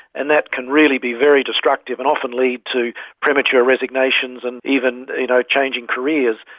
and that can really be very destructive and often lead to premature resignations and even you know changing careers.